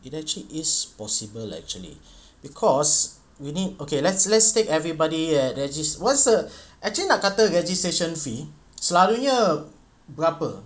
it actually is possible actually because you need okay let's let's take everybody at regis~ once ah actually nak kata registration fee selalunya berapa